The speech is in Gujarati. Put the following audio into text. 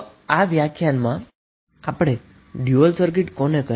તો આ લેક્ચરમાં આપણે ડયુઅલ સર્કિટ શુ છે